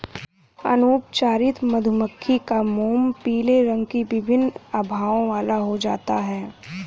अनुपचारित मधुमक्खी का मोम पीले रंग की विभिन्न आभाओं वाला हो जाता है